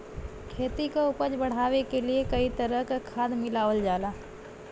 खेती क उपज बढ़ावे क लिए कई तरह क खाद मिलावल जाला